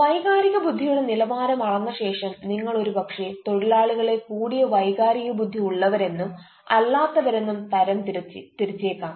വൈകാരിക ബുദ്ധിയുടെ നിലവാരം അളന്ന ശേഷം നിങ്ങൾ ഒരു പക്ഷെ തൊഴിലാളികളെ കൂടിയ വൈകാരിക ബുദ്ധി ഉള്ളവരെന്നും അല്ലത്തവരെന്നും തരം തിരിച്ചേക്കാം